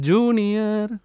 Junior